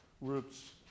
roots